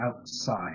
outside